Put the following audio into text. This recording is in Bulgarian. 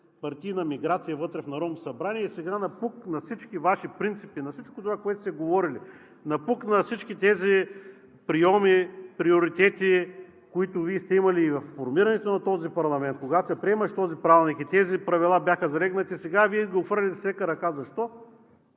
партийна миграция вътре в Народното събрание. И сега напук на всички Ваши принципи, на всичко това, което сте говорили, напук на всички тези прийоми, приоритети, които Вие сте имали и във формирането на този парламент, когато се приемаше Правилникът и тези правила бяха залегнали, сега Вие да ги отхвърляте с лека ръка. Защо?